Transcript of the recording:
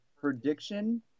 prediction